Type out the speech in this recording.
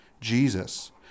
Jesus